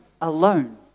alone